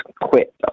quit